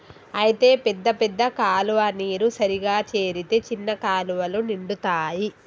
అయితే పెద్ద పెద్ద కాలువ నీరు సరిగా చేరితే చిన్న కాలువలు నిండుతాయి